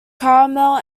carmel